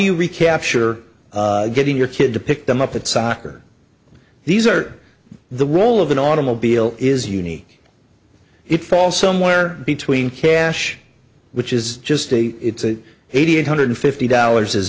you recapture getting your kid to pick them up at soccer these are the role of an automobile is unique it falls somewhere between cash which is just a it's a eighty eight hundred fifty dollars is